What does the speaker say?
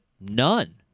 none